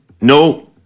no